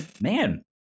Man